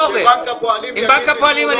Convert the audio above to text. עם בנק הפועלים אני מדבר.